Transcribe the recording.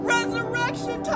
Resurrection